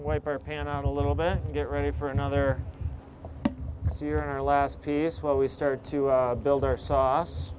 wiper pan out a little bit to get ready for another year our last piece where we started to build our sauce